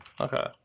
okay